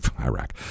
Iraq